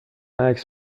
عکس